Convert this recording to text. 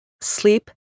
Sleep